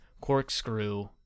corkscrew